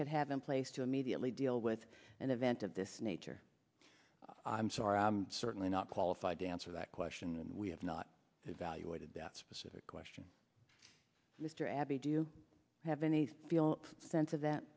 could have in place to immediately deal with an event of this nature i'm sorry i'm certainly not qualified to answer that question and we have not evaluated that specific question mr abney do you have any feel sense of